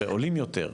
שעולים יותר.